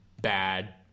bad